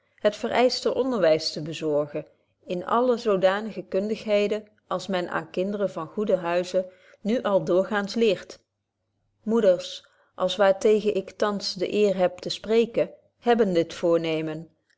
het vereischte onderwys bezorgen in alle zodanige kundigheden als men aan kinderen van goeden huize nu al doorgaans leert moeders als waar tegen ik thans de eer hebbe te spreken hebben dit voorneemen